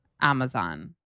Amazon